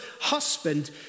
husband